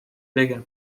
بگم